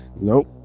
Nope